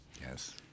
Yes